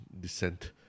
descent